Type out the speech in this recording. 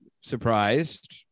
surprised